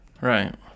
Right